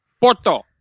Porto